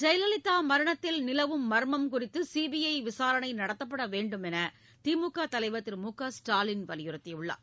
ஜெயலலிதா மரணத்தில் நிலவும் மர்மம் குறித்து சிபிஐ விசாரணை நடத்தப்பட வேண்டும் என திமுக தலைவர் திரு மு க ஸ்டாலின் வலியுறுத்தியுள்ளார்